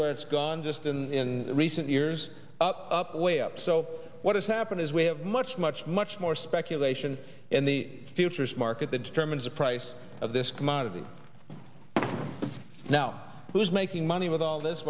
where it's gone just in recent years up up way up so what does happen is we have much much much more speculation in the futures market that determines the price of this commodity now who's making money with all this